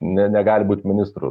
ne negali būti ministru